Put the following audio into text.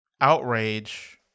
outrage